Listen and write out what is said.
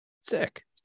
Sick